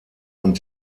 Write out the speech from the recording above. und